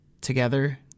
Together